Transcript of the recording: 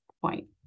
point